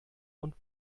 und